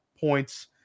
points